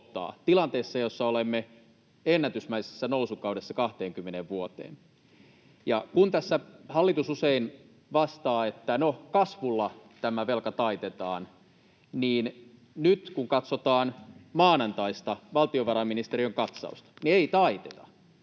tilanteessa, jossa olemme ennätysmäisessä nousukaudessa 20 vuoteen. Ja kun tässä hallitus usein vastaa, että no, kasvulla tämä velka taitetaan, niin nyt kun katsotaan maanantaista valtiovarainministeriön katsausta, niin ei taiteta.